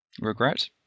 Regret